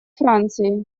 франции